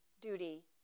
duty